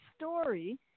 story